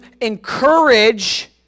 encourage